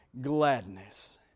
gladness